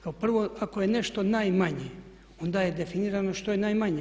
Kao prvo, ako je nešto najmanje onda je definirano što je najmanje.